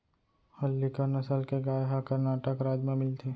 हल्लीकर नसल के गाय ह करनाटक राज म मिलथे